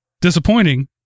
Disappointing